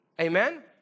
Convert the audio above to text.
Amen